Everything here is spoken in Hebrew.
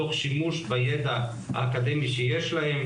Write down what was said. תוך שימוש בידע האקדמי שיש להם,